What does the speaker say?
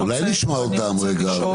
אולי נשמע אותם רגע?